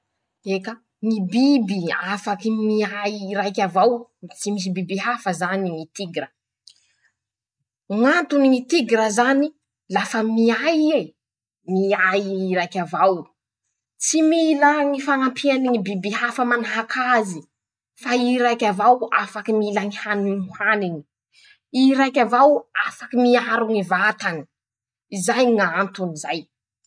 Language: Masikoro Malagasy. <...>Eka! ñy biby afaky miay i raiky avao. tsy misy biby hafa zany ñy tigra.<ptoa> ñ'antony: -ñy tigra zany. lafa miay ie. miay i raiky avao. tsy mila ñy fañampiany ñy biby hafa manahaky azy fa i raiky avao afaky mila ñy hany ho haniny. i raiky avao afaky miaro ñy vatany. izay ñ'antony zay.